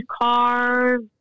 cars